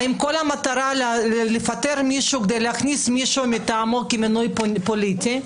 האם כל המטרה לפטר מישהו כדי להכניס מישהו מטעמו כמינוי פוליטי?